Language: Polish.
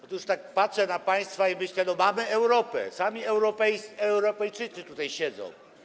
Otóż tak patrzę na państwa i myślę, że mamy Europę, sami Europejczycy tutaj siedzą.